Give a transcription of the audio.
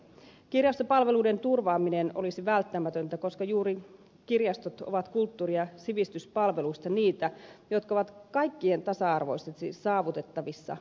kirjastopalveluiden turvaaminen olisi välttämätöntä koska juuri kirjastot ovat kulttuuri ja sivistyspalveluista niitä jotka ovat kaikkien tasa arvoisesti saavutettavissa maksutta